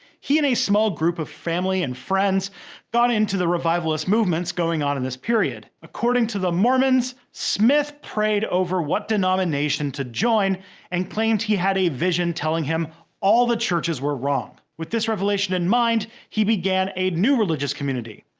he and a small group of friends and family got into the revivalist movements going on in this period. according to the mormons, smith prayed over what denomination to join and claimed he had a vision telling him all the churches were wrong. with this revelation in mind, he began a new religious community.